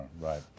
Right